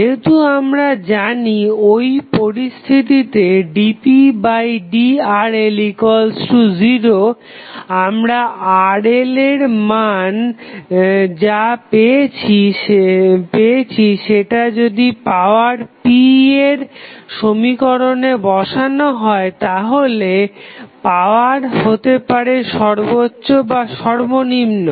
যেহেতু আমরা জানি ঐ পরিস্থিতিতে dpdRL0 আমরা RL এর যা মান পেয়েছি সেটা যদি পাওয়ার p এর সমীকরণে বসানো হয় তাহলে পাওয়ার হতে পারে সর্বোচ্চ বা সর্বনিম্ন